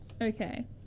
Okay